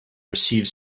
receive